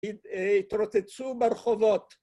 ‫התרוצצו ברחובות.